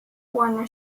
warner